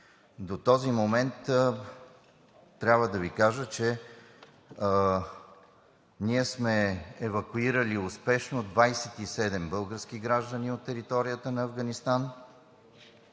До този момент трябва да Ви кажа, че ние сме евакуирали успешно 27 български граждани от територията на Афганистан,